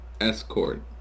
Escort